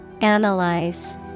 Analyze